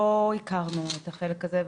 הכרנו את החלק הזה,